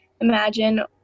imagine